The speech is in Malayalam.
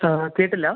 ആ കേട്ടില്ല